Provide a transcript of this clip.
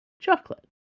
Chocolate